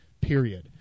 period